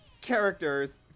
characters